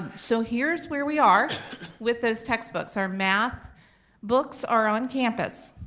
so here's where we are with those textbooks. our math books are on campus.